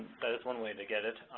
one way to get it.